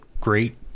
great